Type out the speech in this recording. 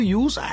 use